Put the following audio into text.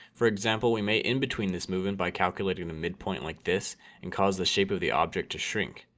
for example we may in between this movement by calculating the midpoint like this and cause the shape of the object to shrink.